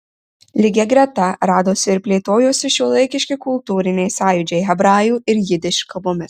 lygia greta radosi ir plėtojosi šiuolaikiški kultūriniai sąjūdžiai hebrajų ir jidiš kalbomis